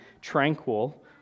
tranquil